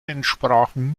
entsprachen